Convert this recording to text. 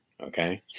okay